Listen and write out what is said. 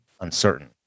uncertain